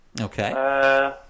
Okay